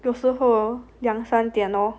有时候两三点 orh